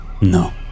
No